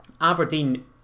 Aberdeen